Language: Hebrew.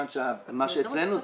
אני מכור נקי כשמונה שנים,